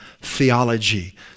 theology